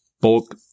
bulk